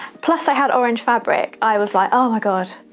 plus i had orange fabric, i was like, oh my god,